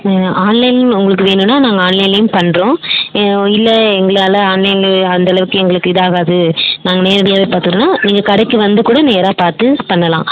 ஆன்லைனில் உங்களுக்கு வேணும்ன்னா நாங்கள் ஆன்லைன்லையும் பண்ணுறோம் இல்லை எங்களால் ஆன்லைனில் அந்தளவுக்கு எங்களுக்கு இதாகாது நாங்கள் நேரில் பார்த்துக்குறேன்னா நீங்கள் கடைக்கு வந்து கூட நேராக பார்த்து பண்ணலாம்